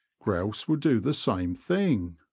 grouse will do the same thing.